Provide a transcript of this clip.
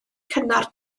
cynnar